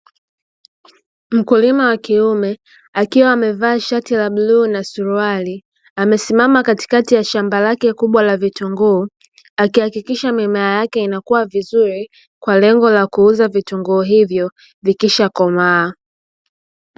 Mkulima wa kiume akiwa amevaa shati la bluu na suruali amesimama katikati ya shamba lake kubwa la vitunguu, akihakikisha mimea yake inakuwa vizuri kwa lengo la kuuza vitunguu hivyo vikishakomaa.